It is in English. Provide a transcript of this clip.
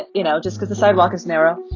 and you know, just cause the sidewalk is narrow.